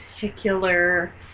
particular